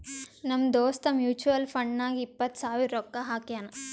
ನಮ್ ದೋಸ್ತ mutual fund ನಾಗ್ ಎಪ್ಪತ್ ಸಾವಿರ ರೊಕ್ಕಾ ಹಾಕ್ಯಾನ್